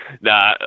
nah